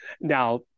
Now